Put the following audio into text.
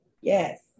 Yes